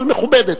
אבל מכובדת.